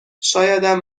شایدم